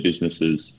businesses